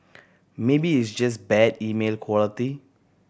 maybe it's just bad email quality